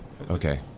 Okay